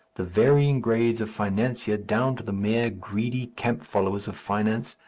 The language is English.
the varying grades of financier down to the mere greedy camp followers of finance,